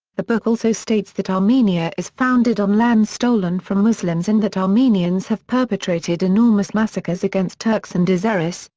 the book also states that armenia is founded on land stolen from muslims and that armenians have perpetrated enormous massacres against turks and azeris,